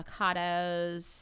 avocados